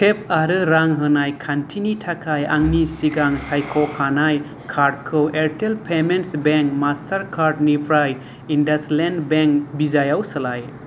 tape आरो रां होनाय खान्थिनि थाखाय आंनि सिगां सायख'खानाय कार्डखौ एयारटेल पेमेन्टस बेंक मास्टारकार्डनिफ्राय इन्डासइन्ड बेंक भिसायाव सोलाय